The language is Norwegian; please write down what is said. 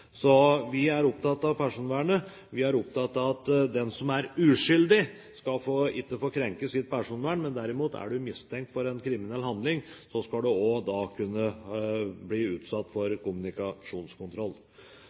Så vi er opptatt av personvernet. Vi er opptatt av at den som er uskyldig, ikke skal få sitt personvern krenket, men er en derimot mistenkt for en kriminell handling, skal en også kunne bli utsatt